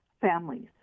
families